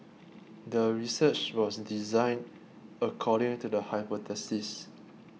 the research was designed according to the hypothesis